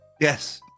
Yes